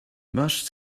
much